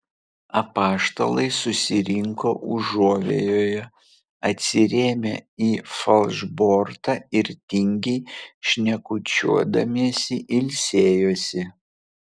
apaštalai susirinko užuovėjoje atsirėmę į falšbortą ir tingiai šnekučiuodamiesi ilsėjosi